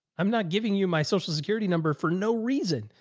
i'm not giving you my social security number for no reason.